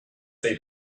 they